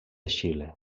xile